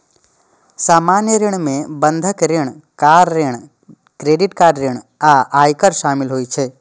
सामान्य ऋण मे बंधक ऋण, कार ऋण, क्रेडिट कार्ड ऋण आ आयकर शामिल होइ छै